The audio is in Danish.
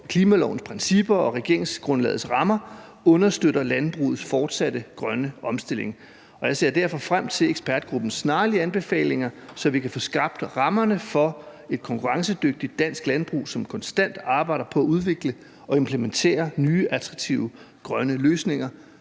klimalovens principper og regeringsgrundlagets rammer understøtter landbrugets fortsatte grønne omstilling. Jeg ser derfor frem til ekspertgruppens snarlige anbefalinger, så vi kan få skabt rammerne for et konkurrencedygtigt dansk landbrug, som konstant arbejder på at udvikle og implementere nye, attraktive grønne løsninger.